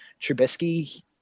Trubisky